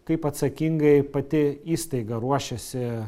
kaip atsakingai pati įstaiga ruošiasi